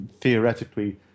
theoretically